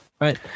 Right